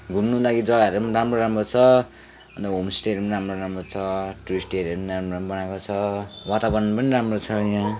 घुम्नु लागि जग्गाहरू पनि राम्रो राम्रो छ अन्त होमस्टेहरू पनि राम्रो राम्रो छ टुरिस्ट एरियाहरू पनि राम्रो राम्रो बनाएको छ वातावरण पनि राम्रो छ यहाँ